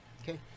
Okay